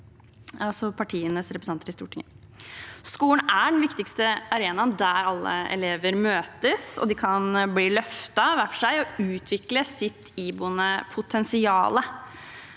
Arbeiderpartiets representanter i Stortinget har jobbet med. Skolen er den viktigste arenaen der alle elever møtes, hvor de kan bli løftet hver for seg og utvikle sitt iboende potensial.